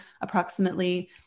approximately